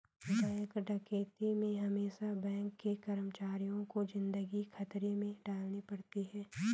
bank डकैती में हमेसा बैंक के कर्मचारियों को जिंदगी खतरे में डालनी पड़ती है